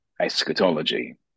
eschatology